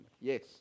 Yes